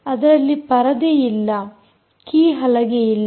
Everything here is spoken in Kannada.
ಅದರಲ್ಲಿ ಪರದೆಯಿಲ್ಲ ಮತ್ತು ಕೀಹಲಗೆಯಿಲ್ಲ